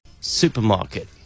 supermarket